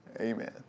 Amen